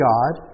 God